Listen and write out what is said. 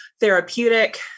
therapeutic